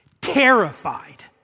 terrified